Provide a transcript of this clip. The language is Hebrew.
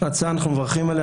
אנחנו מברכים על ההצעה,